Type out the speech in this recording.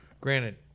Granted